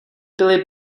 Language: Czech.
byly